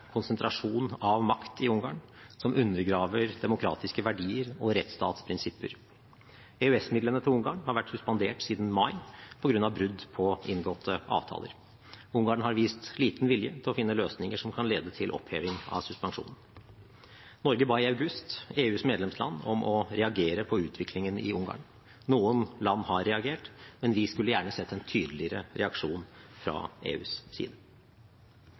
konsentrasjon av makt i Ungarn som undergraver demokratiske verdier og rettsstatsprinsipper. EØS-midlene til Ungarn har vært suspendert siden mai på grunn av brudd på inngåtte avtaler. Ungarn har vist liten vilje til å finne løsninger som kan lede til oppheving av suspensjonen. Norge ba i august EUs medlemsland om å reagere på utviklingen i Ungarn. Noen land har reagert, men vi skulle gjerne ha sett en tydeligere reaksjon fra EUs side.